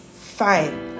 fine